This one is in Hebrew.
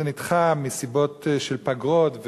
זה נדחה מסיבות של פגרות,